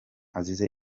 azize